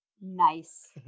nice